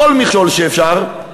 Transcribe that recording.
כל מכשול שאפשר,